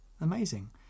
amazing